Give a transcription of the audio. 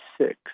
six